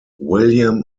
william